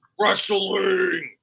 Wrestling